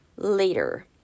later